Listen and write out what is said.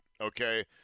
okay